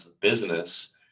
business